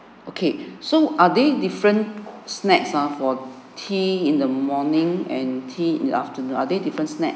okay so are there different snacks ah for tea in the morning and tea in the afternoon are they different snack